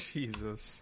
Jesus